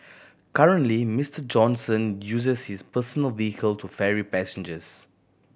currently Mister Johnson uses his personal vehicle to ferry passengers